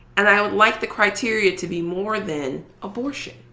and i would like the criteria to be more than abortion.